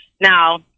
Now